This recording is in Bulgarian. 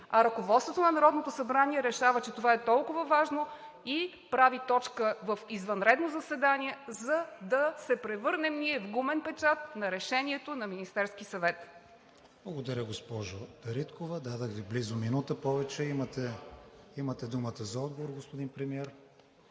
а ръководството на Народното събрание решава, че това е толкова важно, и прави точка в извънредно заседание, за да се превърнем ние в гумен печат на решението на Министерския съвет. ПРЕДСЕДАТЕЛ КРИСТИАН ВИГЕНИН: Благодаря, госпожо Дариткова. Дадох Ви близо минута повече. Имате думата за отговор, господин Премиер.